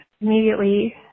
immediately